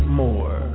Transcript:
more